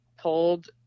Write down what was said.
told